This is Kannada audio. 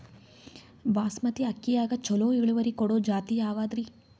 ಬಾಸಮತಿ ಅಕ್ಕಿಯಾಗ ಚಲೋ ಇಳುವರಿ ಕೊಡೊ ಜಾತಿ ಯಾವಾದ್ರಿ?